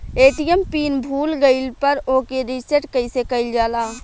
ATM pin भूल गईल पर ओके रीसेट कइसे कइल जाला?